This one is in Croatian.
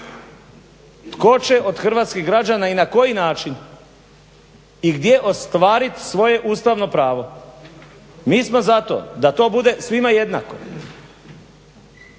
Tko će od hrvatskih građana i na koji način i gdje ostvarit svoje ustavno pravo. Mi smo za to da to bude svima jednako